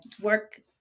work